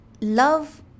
love